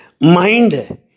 Mind